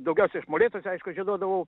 daugiausia aš molėtuose aišku žinodavau